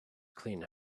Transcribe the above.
clean